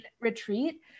retreat